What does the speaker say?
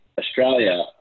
Australia